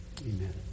Amen